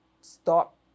stop